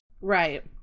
Right